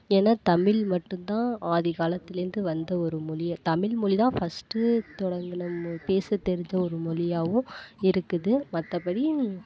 ஏன்னா தமிழ் மட்டுந்தான் ஆதிகாலத்துலேருந்து வந்த ஒரு மொழியை தமிழ் மொழிதான் ஃபஸ்ட்டு தொடங்கின மொழி பேச தெரிந்த மொழியாகவும் இருக்குது மற்றபடி